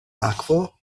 akvo